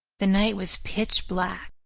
the night was pitch black.